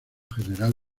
general